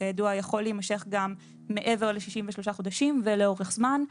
שכידוע להימשך גם מעבר ל-36 חודשים ולאורך זמן,